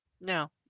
No